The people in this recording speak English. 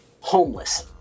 homeless